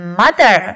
mother